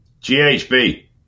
GHB